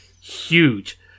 huge